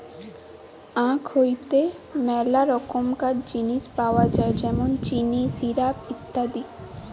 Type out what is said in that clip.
আখ হইতে মেলা রকমকার জিনিস পাওয় যায় যেমন চিনি, সিরাপ, ইত্যাদি